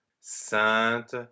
Sainte